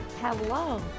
Hello